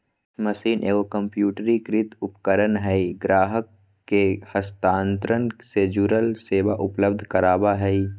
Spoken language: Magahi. मशीन एगो कंप्यूटरीकृत उपकरण हइ ग्राहक के हस्तांतरण से जुड़ल सेवा उपलब्ध कराबा हइ